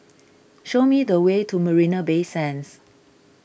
show me the way to Marina Bay Sands